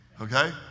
okay